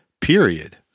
period